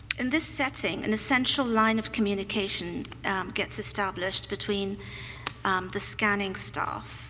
in this setting, an essential line of communication gets established between the scanning staff,